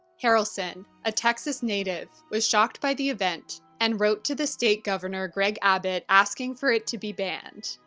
harrelson, a texas-native, was shocked by the event and wrote to the state governor gregg abbott asking for it to be banned.